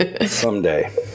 someday